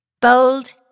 Bold